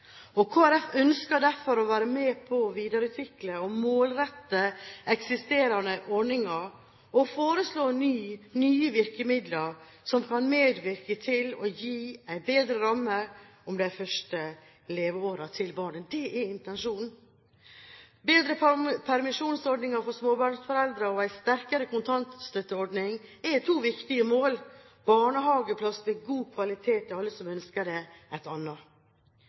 ønsker derfor å være med på å videreutvikle og målrette eksisterende ordninger og foreslå nye virkemidler som kan medvirke til å gi en bedre ramme om de første leveårene til barnet. Det er intensjonen. Bedre permisjonsordninger for småbarnsforeldre og en sterkere kontantstøtteordning er to viktige mål, barnehageplass med god kvalitet til alle som ønsker det, et